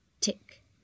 Tick